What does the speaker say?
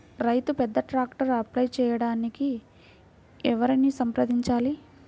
రైతు పెద్ద ట్రాక్టర్కు అప్లై చేయడానికి ఎవరిని సంప్రదించాలి?